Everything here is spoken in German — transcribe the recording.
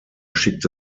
schickte